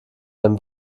dem